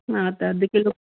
हा त अधु किलो